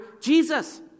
Jesus